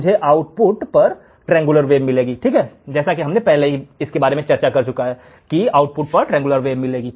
मुझे आउटपुट पर triangular wave मिलेगी